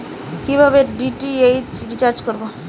কিভাবে DTH recharge করব?